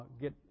get